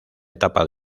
etapa